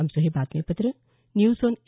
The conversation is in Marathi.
आमचं हे बातमीपत्र न्यूज ऑन ए